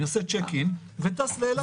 אני עושה צ'ק-אין וטס לאילת.